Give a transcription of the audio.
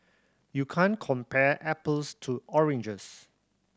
you can't compare apples to oranges